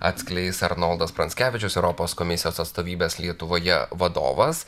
atskleis arnoldas pranckevičius europos komisijos atstovybės lietuvoje vadovas